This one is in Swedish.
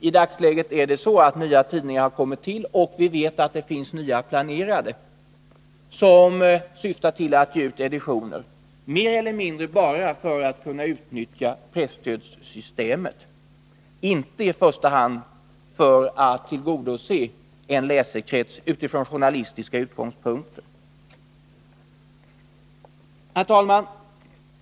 I dagsläget är det så att nya tidningar kommer till, och vi vet att det finns nya planerade, för vilka man syftar till att ge ut editioner, mer eller mindre bara för att kunna utnyttja presstödssystemet och inte i första hand för att tillgodose en läsekrets från journalistiska utgångspunkter. Herr talman!